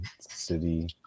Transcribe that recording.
city